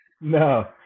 No